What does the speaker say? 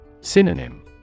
Synonym